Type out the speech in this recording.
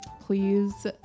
Please